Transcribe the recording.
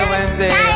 Wednesday